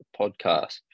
podcast